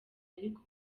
ariko